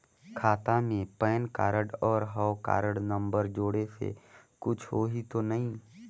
खाता मे PAN card और हव कारड नंबर जोड़े से कुछ होही तो नइ?